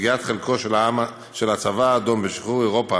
סוגיית חלקו של הצבא האדום בשחרור אירופה